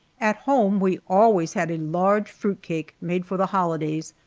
at home we always had a large fruit cake made for the holidays,